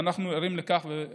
ואנחנו ערים לכך,